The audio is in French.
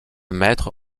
maître